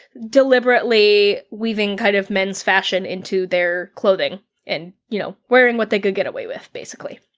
deliberately weaving kind of men's fashion into their clothing and, you know, wearing what they could get away with basically.